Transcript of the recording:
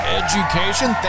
education